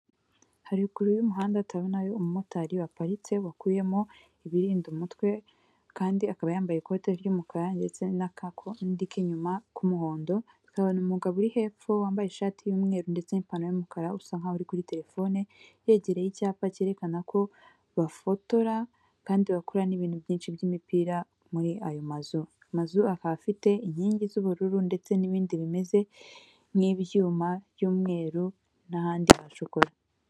Hariguru y'umuhanda turabonayo umumotari waparitse wakuyemo ibinda umutwe, kandi akaba yambaye ikote ry'umukara ndetse n'akakondi k'inyuma k'umuhondo bikabona umugabo uri hepfo wambaye ishati y'umweru ndetse n'ipantaro y'umukara usa nkaho uri kuri terefone yegereye icyapa cyerekana ko bafotora kandi bakura n'ibintu byinshi by'imipira muri ayo mazu. Amazu akaba afite inkingi z'ubururu ndetse n'ibindi bimeze nk'ibyuma by'umweru n'ahandi hacukora.